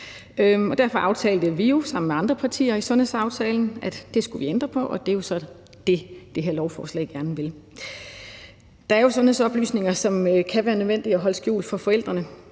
Derfor aftalte vi jo sammen med andre partier i sundhedsaftalen, at det skulle vi ændre på, og det er så det, det her lovforslag gerne vil. Der er jo sundhedsoplysninger, der kan være nødvendige at holde skjult for forældrene.